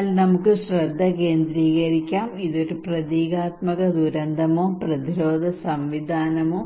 എന്നാൽ നമുക്ക് ശ്രദ്ധ കേന്ദ്രീകരിക്കാം ഇതൊരു പ്രതീകാത്മക ദുരന്തമോ പ്രതിരോധ സംവിധാനമോ